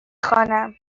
خوانم